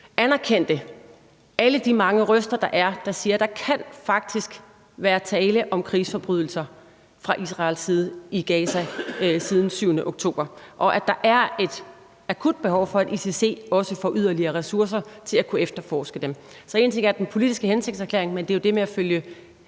anerkendte alle de mange røster, der siger, at der faktisk kan være tale om krigsforbrydelser fra Israels side i Gaza siden 7. oktober, og at der er et akut behov for, at ICC også får yderligere ressourcer til at kunne efterforske dem. Så én ting er den politiske hensigtserklæring, men det er jo noget andet at følge